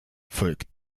folgt